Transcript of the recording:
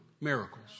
miracles